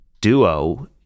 duo